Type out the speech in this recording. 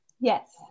Yes